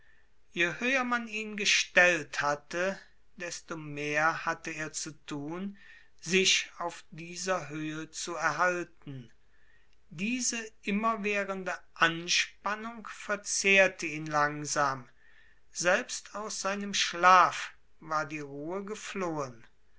je höher man ihn gestellt hatte desto mehr hatte er zu tun sich auf dieser höhe zu erhalten diese immerwährende anspannung verzehrte ihn langsam selbst aus seinem schlaf war die ruhe geflohen